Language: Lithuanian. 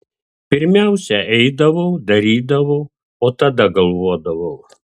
pirmiausia eidavau darydavau o tada galvodavau